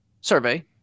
survey